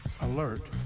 Alert